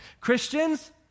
Christians